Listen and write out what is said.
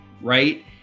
right